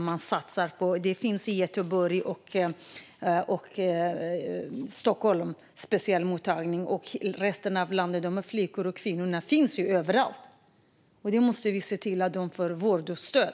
Det finns speciella mottagningar i Göteborg och Stockholm, men de här flickorna och kvinnorna finns ju överallt, även i resten av landet. Vi måste se till att de får vård och stöd.